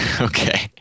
Okay